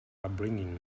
upbringing